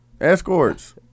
Escorts